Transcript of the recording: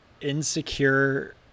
insecure